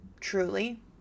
truly